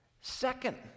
Second